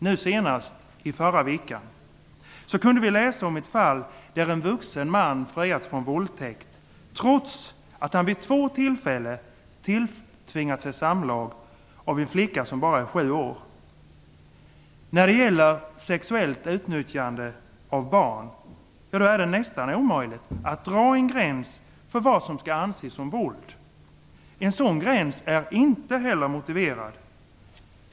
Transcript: Nu senast i förra veckan kunde vi läsa om ett fall där en vuxen man friats från våldtäkt trots att han vid två tillfällen tilltvingat sig samlag med en flicka som bara är 7 år. När det gäller sexuellt utnyttjande av barn är det nästan omöjligt att dra en gräns för vad som skall anses som våld. En sådan gräns är inte heller motiverad.